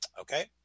Okay